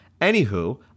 Anywho